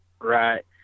Right